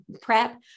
prep